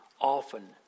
Often